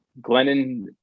Glennon